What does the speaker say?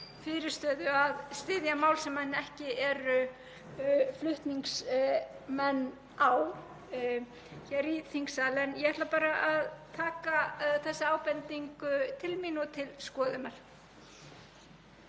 taka þessa ábendingu til mín og til skoðunar.